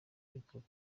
by’ukuri